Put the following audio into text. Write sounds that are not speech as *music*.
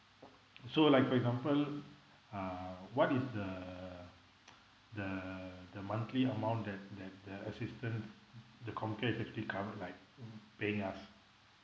so like for example uh what is the *noise* the the monthly amount that that the assistance the com care is actually covered like paying us